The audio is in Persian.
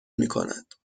میکند